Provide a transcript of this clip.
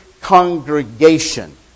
congregation